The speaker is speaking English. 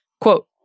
Quote